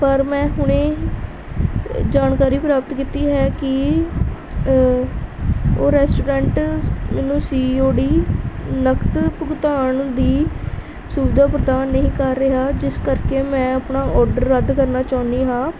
ਪਰ ਮੈਂ ਹੁਣੇ ਜਾਣਕਾਰੀ ਪ੍ਰਾਪਤ ਕੀਤੀ ਹੈ ਕਿ ਉਹ ਰੈਸਟੋਰੈਂਟ ਮੈਨੂੰ ਸੀ ਓ ਡੀ ਨਕਦ ਭੁਗਤਾਨ ਦੀ ਸੁਵਿਧਾ ਪ੍ਰਦਾਨ ਨਹੀਂ ਕਰ ਰਿਹਾ ਜਿਸ ਕਰਕੇ ਮੈਂ ਆਪਣਾ ਔਡਰ ਰੱਦ ਕਰਨਾ ਚਾਹੁੰਦੀ ਹਾਂ